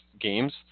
games